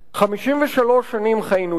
'53 שנים חיינו יחד',